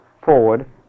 forward